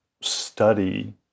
study